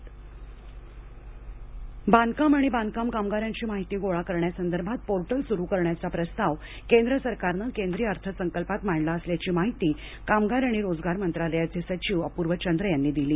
portal माधरी बांधकाम आणि बांधकाम कामगारांची माहिती गोळा करण्यासंदर्भात पोर्टल सुरु करण्याचा प्रस्ताव केंद्र सरकारनं केंद्रीय अर्थसंकल्पात मांडला असल्याची माहिती कामगार आणि रोजगार मंत्रालयाचे सचिव अपूर्व चंद्र यांनी दिली